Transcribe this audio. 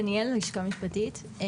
שלום, שמי דניאל מהלשכה המשפטית במשרד החינוך.